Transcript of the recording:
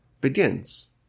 begins